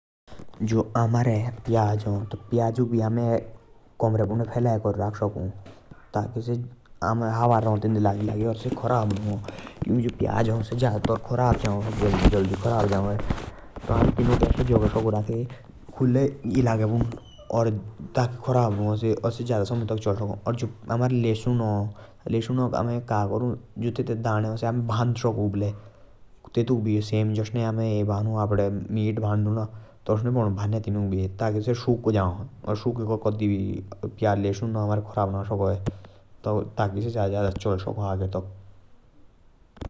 जो हमारे प्याज हा तेतुक भी आमे कमरे पुनद फल्ये कर रख सकू। ताकि तेंदे हवा रा लगड़े लगे और खराब नु हा।